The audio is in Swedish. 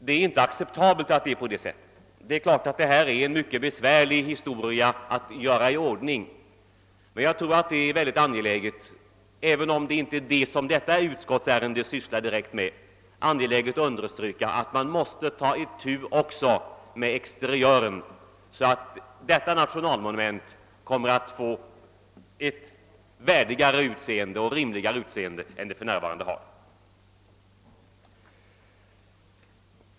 Det är inte acceptabelt att det är på det sättet. Det är naturligtvis mycket besvärligt att komma till rätta med dessa förhållanden, men jag tror att det är mycket angeläget — även om, som sagt, den saken inte berörs i det föreliggande utlåtandet — att understryka att man måste ta itu även med exteriören, så att detta nationalmonument får ett värdigare och rimligare utseende än det för närvarande har.